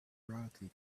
brightly